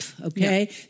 okay